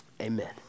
Amen